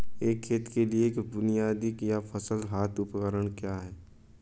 एक खेत के लिए बुनियादी या सरल हाथ उपकरण क्या हैं?